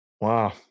Wow